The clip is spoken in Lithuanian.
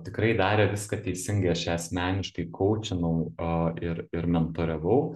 tikrai darė viską teisingai aš ją asmeniškai koučinau a ir ir mentoriavau